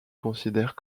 considère